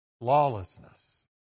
Lawlessness